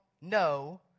no